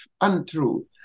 untrue